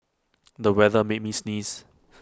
the weather made me sneeze